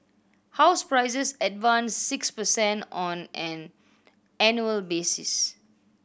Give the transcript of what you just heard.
house prices advanced six per cent on an annual basis